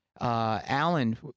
Alan